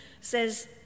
says